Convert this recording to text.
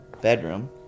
bedroom